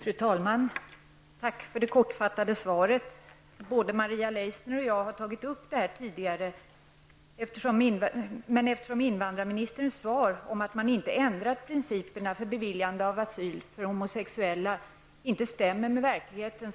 Fru talman! Tack för det kortfattade svaret. Både Maria Leissner och jag har tagit upp denna fråga tidigare. Men jag fortsätter debatten eftersom invandrarministerns svar om att man inte ändrat principerna för beviljande av asyl för homosexuella inte stämmer med verkligheten.